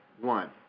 one